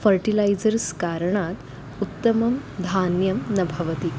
fertilisers कारणात् उत्तमं धान्यं न भवति